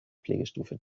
pflegestufe